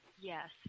Yes